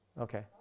Okay